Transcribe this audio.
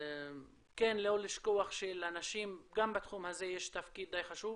ולא לשכוח שלנשים גם בתחום הזה יש תפקיד די חשוב.